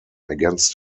against